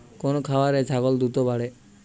কোন খাওয়ারে ছাগল দ্রুত বাড়ে?